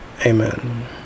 Amen